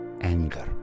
anger